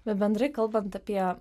bet bendrai kalbant apie